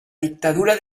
dictadura